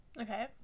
Okay